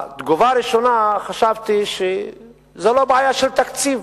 בתגובה ראשונה, חשבתי שזאת לא בעיה של תקציב,